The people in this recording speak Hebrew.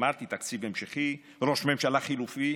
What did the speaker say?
אמרתי: תקציב המשכי, ראש ממשלה חליפי,